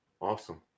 Awesome